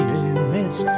in—it's